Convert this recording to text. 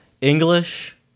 English